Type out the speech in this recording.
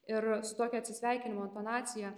ir su tokia atsisveikinimo intonacija